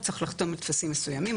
הוא צריך לחתום על טפסים מסוימים,